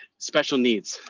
special needs.